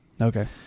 Okay